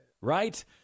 right